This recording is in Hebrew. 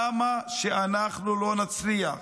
למה שאנחנו לא נצליח?